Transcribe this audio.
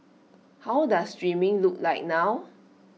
how does streaming look like now